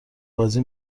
بازی